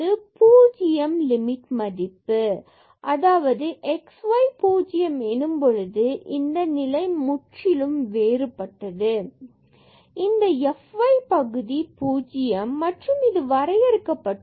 limit limit மதிப்பு xy 0 0 எனும் போது இந்த நிலை முற்றிலும் வேறுபட்டது மற்றும் இந்த f y பகுதி 0 மற்றும் வரையறுக்கப்பட்டுள்ளது